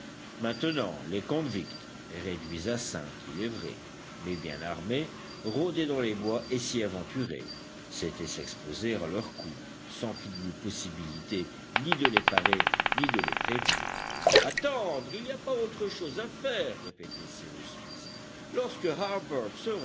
maintenant les convicts réduits à cinq il est vrai mais bien armés rôdaient dans les bois et s'y aventurer c'était s'exposer à leurs coups sans qu'il y eût possibilité ni de les parer ni de les prévenir attendre il n'y a pas autre chose à faire répétait cyrus smith lorsque